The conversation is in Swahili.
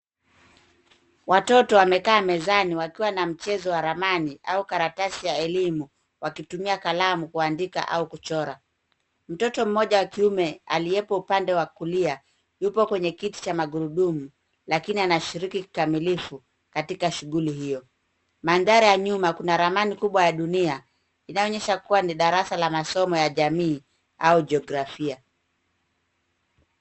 Watoto wame kaa mezani wakiwa na mchezo wa ramani au karatasi ya elimu wakitumia kalamu kuandika au kuchora. Mtoto mmoja wa kiume aliyepo upande wa kulia yupo kwenye kiti cha magurudumu lakini anashiriki kikamilifu katika shughuli hiyo. Mandhara ya nyuma kuna ramani kubwa ya dunia inayoonyesha kuwa ni darasa la masomo ya jamii au jiografia.